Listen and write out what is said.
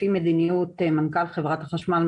לפי מדיניות מנכ"ל חברת החשמל,